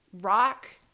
rock